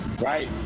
right